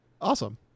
Awesome